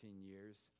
years